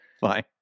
Fine